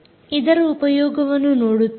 ಇದರ ಉಪಯೋಗವನ್ನು ನೋಡುತ್ತೀರಿ